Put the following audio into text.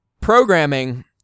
Programming